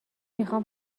میخام